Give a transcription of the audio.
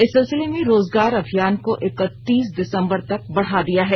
इस सिलसिले में रोजगार अभियान को इक्तीस दिसंबर तक बढ़ा दिया है